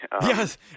Yes